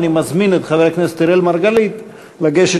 אני מזמין את חבר הכנסת אראל מרגלית לגשת